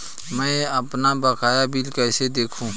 मैं अपना बकाया बिल कैसे देखूं?